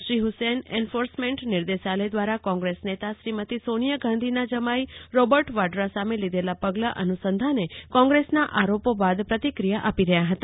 Shri Hussain enforcement નિર્દેશાલય દ્વારા કોંગ્રેસ નેતા શ્રીમતી સોનિયા ગાંધીના જમાઈ રોબર્ટ વાડ્રા સામે લીધેલા પગલા અનુસંધાને કોંગ્રેસના આરોપો બાદ પ્રતિક્રિયા આપી રહ્યા હતા